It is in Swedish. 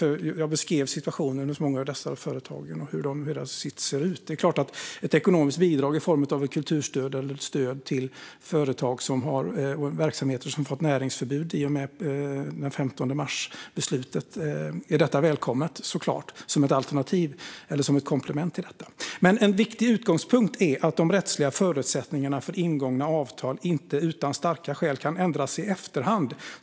Jag beskrev situationen hos många av dessa företag och hur deras sits ser ut, och det är klart att ett ekonomiskt bidrag i form av kulturstöd eller stöd till verksamheter som har fått näringsförbud i och med beslutet den 15 mars är välkommet som ett alternativ eller komplement till detta. "En viktig utgångspunkt är att de rättsliga förutsättningarna för ingångna avtal inte utan starka skäl ska ändras i efterhand."